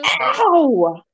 Ow